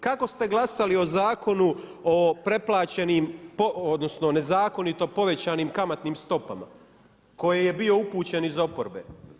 Kako ste glasali o Zakonu o preplaćenim, odnosno nezakonito povećanim kamatnim stopama koji je bio upućen iz oporbe?